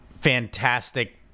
fantastic